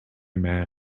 man